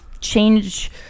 change